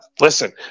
Listen